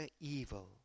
evil